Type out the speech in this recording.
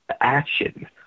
action